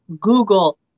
Google